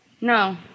No